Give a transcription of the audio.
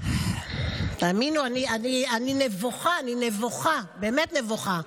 תאמינו לי, אני נבוכה, אני נבוכה, באמת נבוכה.